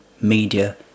media